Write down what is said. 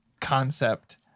concept